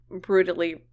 brutally